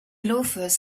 loafers